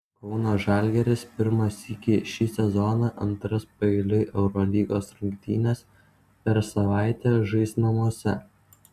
kauno žalgiris pirmą sykį šį sezoną antras paeiliui eurolygos rungtynes per savaitę žais namuose